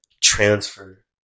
transfer